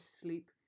sleep